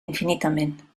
infinitament